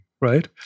right